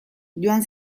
joan